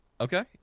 okay